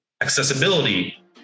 Accessibility